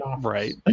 Right